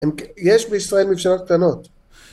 יש בישראל מבשלות קטנות